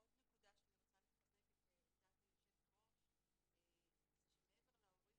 עוד נקודה שאני רוצה לחזק את עמדת היושב-ראש היא שמעבר להורים